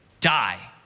die